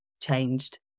changed